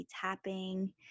tapping